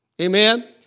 amen